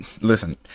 listen